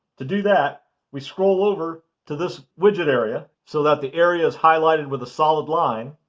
to do that we scroll over to this widget area so that the area is highlighted with a solid line.